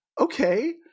Okay